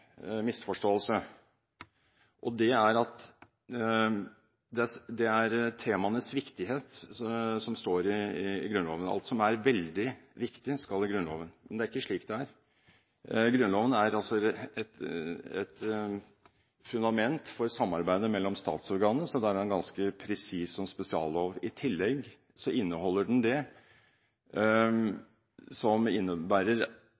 misforståelse – at det er temaenes viktighet som står i Grunnloven, altså at alt som er veldig viktig, skal i Grunnloven. Men det er ikke slik det er. Grunnloven er et fundament for samarbeidet mellom statsorganene, så der er den ganske presis som spesiallov. I tillegg inneholder den det som innebærer